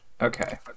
Okay